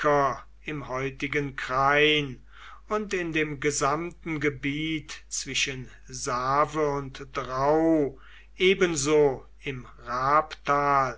im heutigen krain und in dem gesamten gebiet zwischen save und drau ebenso im